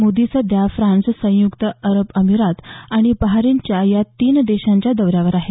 मोदी सध्या फ्रान्स स्ंयुक्त अरब अमिरात आणि बहारीनच्या या तीन देशाच्या दौऱ्यावर आहेत